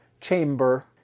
chamber